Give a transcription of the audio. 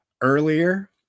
earlier